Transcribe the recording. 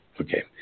Okay